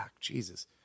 Jesus